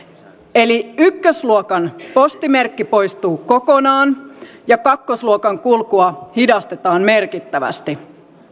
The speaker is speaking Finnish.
eli ykkösluokan postimerkki poistuu kokonaan ja kakkosluokan kulkua hidastetaan merkittävästi